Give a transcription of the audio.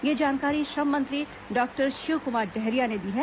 यह जानकारी श्रम मंत्री डॉक्टर शिव कुमार डहरिया ने दी है